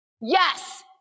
yes